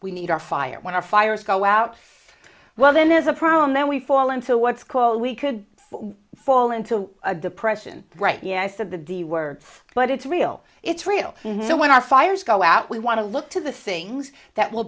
we need our fire when our fires go out well then there's a problem then we fall into what's called we could fall into a depression right yeah i said the d word but it's real it's real so when are fires go out we want to look to the things that will